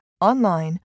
online